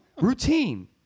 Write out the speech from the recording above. Routine